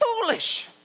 foolish